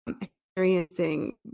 experiencing